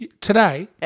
today